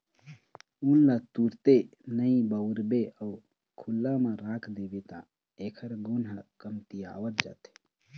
ऊन ल तुरते नइ बउरबे अउ खुल्ला म राख देबे त एखर गुन ह कमतियावत जाथे